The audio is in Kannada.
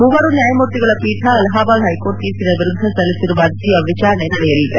ಮೂವರು ನ್ಯಾಯಮೂರ್ತಿಗಳ ಪೀಠ ಅಲಹಾಬಾದ್ ಹೈಕೋರ್ಟ್ನ ತೀರ್ಪಿನ ವಿರುದ್ದ ಸಲ್ಲಿಸಿರುವ ಅರ್ಜಿಯ ವಿಚಾರಣೆ ನಡೆಸಲಿದೆ